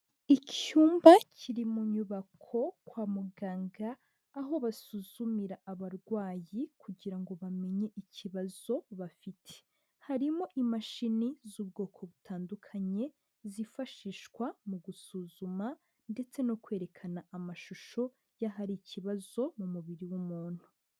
Icyumba kiri mu nyubako kwa muganga aho basuzumira abarwayi kugira ngo bamenye ikibazo bafite, harimo imashini z'ubwoko butandukanye, zifashishwa mu gusuzuma ndetse no kwerekana amashusho y'ahari ikibazo mu mubiri w'umuntu.